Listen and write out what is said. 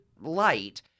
light